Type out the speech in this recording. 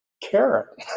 carrot